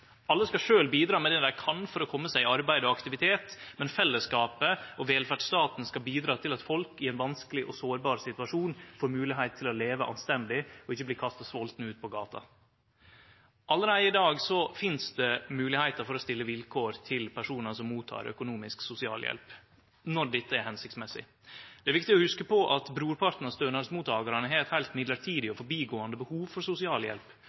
Alle skal sjølve bidra med det dei kan for å kome seg i arbeid og aktivitet, men fellesskapet og velferdsstaten skal bidra til at folk i ein vanskeleg og sårbar situasjon får moglegheit til å leve anstendig og ikkje bli kasta svoltne ut på gata. Allereie i dag finst det moglegheiter for å stille vilkår til personar som mottek økonomisk sosialhjelp, når dette er hensiktsmessig. Det er viktig å hugse på at brorparten av stønadsmottakarane har eit heilt mellombels og forbigåande behov for